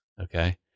Okay